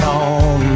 on